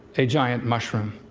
a giant mushroom.